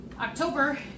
October